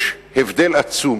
יש הבדל עצום